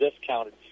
discounted